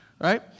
right